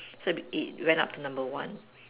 so it went up to number one